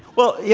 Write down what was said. well, yeah